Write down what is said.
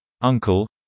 uncle